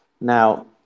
Now